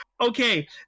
Okay